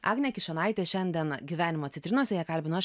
agnę kišonaitę šiandien gyvenimo citrinose ją kalbinu aš